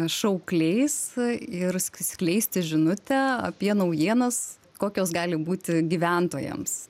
šaukliais ir skleisti žinutę apie naujienas kokios gali būti gyventojams